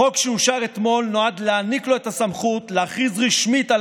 החוק שאושר אתמול נועד להעניק לו את הסמכות להכריז רשמית על